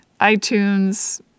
iTunes